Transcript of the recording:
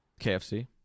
KFC